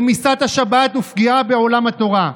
רמיסת השבת ופגיעה בעולם התורה.